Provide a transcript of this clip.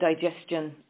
digestion